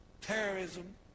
terrorism